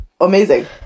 amazing